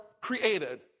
created